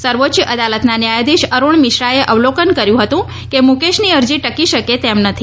સર્વોચ્ય અદાલતના ન્યાયાધીશ અરૂણ મિશ્રાએ અવલોકન કર્યું હતું કે મૂકેશની અરજી ટકી શકે તેમ નથી